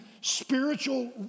spiritual